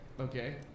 okay